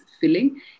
filling